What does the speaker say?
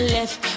Left